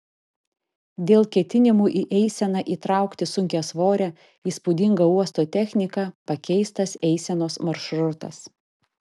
dėl ketinimų į eiseną įtraukti sunkiasvorę įspūdingą uosto techniką pakeistas eisenos maršrutas